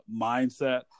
mindset